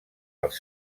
els